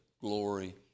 glory